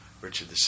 Richard